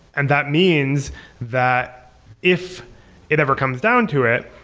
and that means that if it ever comes down to it,